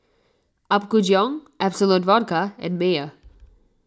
Apgujeong Absolut Vodka and Mayer